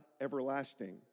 everlasting